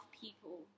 people